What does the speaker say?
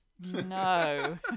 no